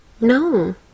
No